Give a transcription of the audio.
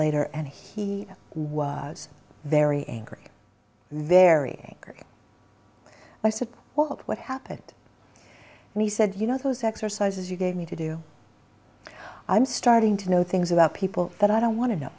later and he was very angry very angry i said what happened and he said you know those exercises you gave me to do i'm starting to know things about people that i don't want to know